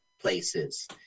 places